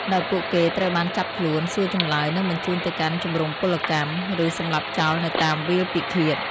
ដោយពួកគេត្រូវបានចាប់ខ្លួន សួរចម្លើយ និងបញ្ជូនទៅកាន់ជំរុំពលកម្ម ឬសម្លាប់ចោលនៅតាមវាលពិឃាត។